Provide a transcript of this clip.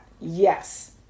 Yes